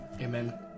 amen